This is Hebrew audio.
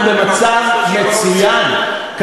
אנחנו במצב מצוין,